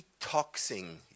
detoxing